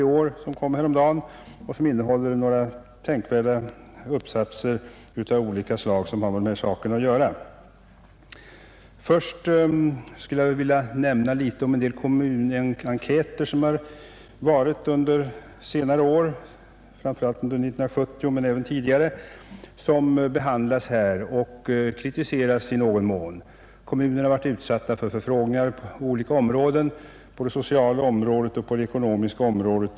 Detta nummer som kom häromdagen innehåller några tänkvärda uppsatser av olika slag som har med denna sak att göra. Först skulle jag vilja något beröra de kommunenkäter som har gjorts under senare år, framför allt under 1970 men även tidigare, och som behandlas och även kritiseras i tidskriftsnumret. Kommunerna har varit utsatta för olika förfrågningar på det sociala och på det ekonomiska området.